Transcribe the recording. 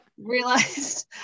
Realized